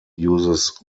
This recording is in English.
uses